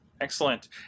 excellent